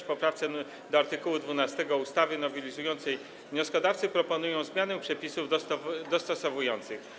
W poprawce do art. 12 ustawy nowelizującej wnioskodawcy proponują zmianę przepisów dostosowujących.